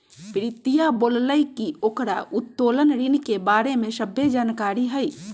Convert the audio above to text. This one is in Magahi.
प्रीतिया बोललकई कि ओकरा उत्तोलन ऋण के बारे में सभ्भे जानकारी हई